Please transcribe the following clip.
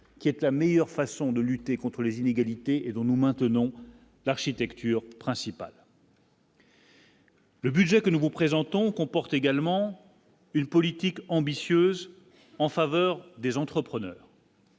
qui était la meilleure façon de lutter contre les inégalités et dont nous maintenons l'architecture principal. Le budget que nous vous présentons comporte également une politique ambitieuse en faveur des entrepreneurs.